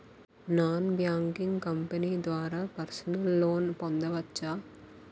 Non banking company ద్వారా personal loan పొందవచ్చా?